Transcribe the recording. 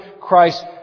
Christ